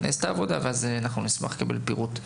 אנחנו נשמח לקבל פירוט.